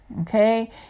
okay